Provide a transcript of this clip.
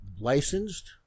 licensed